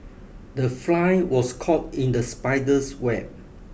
the fly was caught in the spider's web